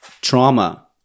trauma